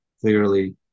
clearly